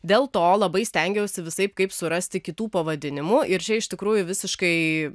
dėl to labai stengiausi visaip kaip surasti kitų pavadinimu ir čia iš tikrųjų visiškai